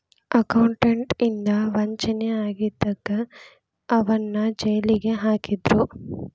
accountant ಇಂದಾ ವಂಚನೆ ಆಗಿದಕ್ಕ ಅವನ್ನ್ ಜೈಲಿಗ್ ಹಾಕಿದ್ರು